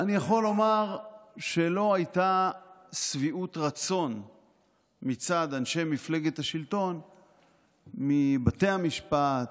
אני יכול לומר שלא הייתה שביעות רצון מצד אנשי מפלגת השלטון מבתי המשפט,